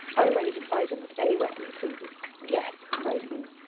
i am ready to fight him with any weapon he pleases. yes, cried he,